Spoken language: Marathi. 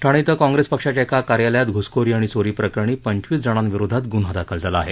ठाणे इथं काँग्रेस पक्षाच्या एका कार्यालयात घुसखोरी आणि चोरीप्रकरणी पंचवीस जणांविरोधात गुन्हा दाखल झाला आहे